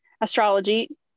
Astrology